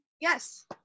Yes